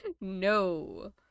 No